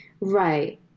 Right